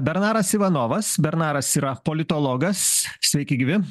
bernaras ivanovas bernaras yra politologas sveiki gyvi